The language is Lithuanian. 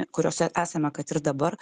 kuriose esame kad ir dabar